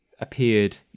appeared